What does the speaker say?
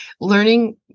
learning